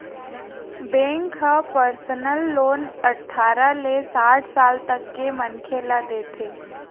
bank ह personal loan अठारह ले साठ साल तक के मनखे ल देथे